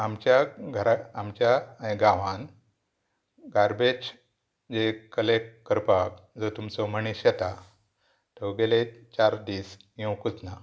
आमच्या घर आमच्या हें गांवान गार्बेज जे कलेक्ट करपाक जो तुमचो मनीस येता तो गेले चार दीस येवंकूच ना